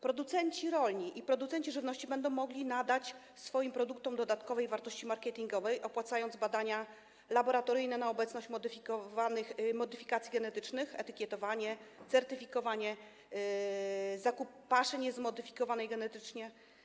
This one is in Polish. Producenci rolni i producenci żywności będą mogli nadawać swoim produktom dodatkową wartość marketingową, opłacając badania laboratoryjne na obecność modyfikacji genetycznych, etykietowanie, certyfikowanie, zakup paszy niezmodyfikowanej genetycznie.